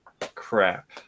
crap